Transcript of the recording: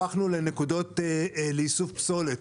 הפכנו לנקודות לאיסוף פסולת.